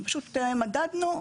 ופשוט מדדנו.